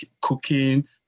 cooking